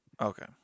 Okay